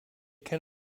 can